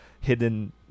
hidden